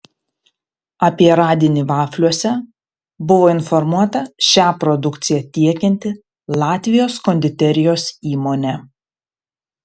apie radinį vafliuose buvo informuota šią produkciją tiekianti latvijos konditerijos įmonė